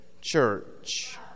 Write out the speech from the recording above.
church